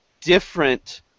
different